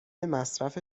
مصرف